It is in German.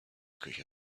küche